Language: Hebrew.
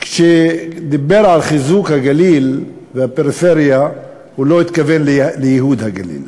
שכשדיבר על חיזוק הגליל והפריפריה הוא לא התכוון לייהוד הגליל.